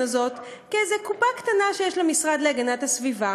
הזאת כאיזה קופה קטנה שיש למשרד להגנת הסביבה,